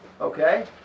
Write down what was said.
okay